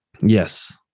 Yes